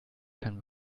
keinen